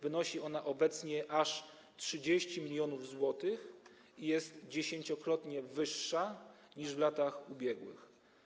Wynosi ona obecnie aż 30 mln zł i jest dziesięciokrotnie wyższa niż w latach ubiegłych.